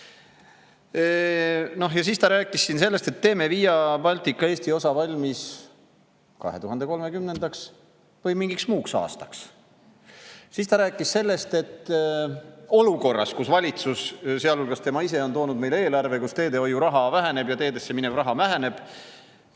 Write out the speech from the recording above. Siis ta rääkis siin sellest, et teeme Via Baltica Eesti osa valmis 2030. või mingiks muuks aastaks. Ja siis ta rääkis sellest, et olukorras, kus valitsus, sealhulgas tema ise, on toonud meile eelarve, kus teehoiuraha ja teede[ehitusse] minev raha väheneb,